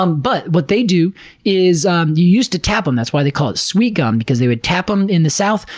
um but what they do is um they used to tap them, that's why they call it sweet gum, cause they would tap em in the south,